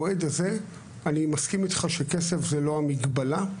אני מסכים איתך שכסף זה לא המגבלה.